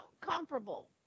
comparable